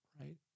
right